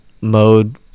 mode